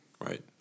right